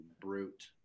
brute